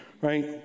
right